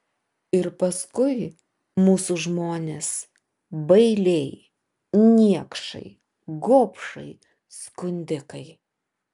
ir paskui mūsų žmonės bailiai niekšai gobšai skundikai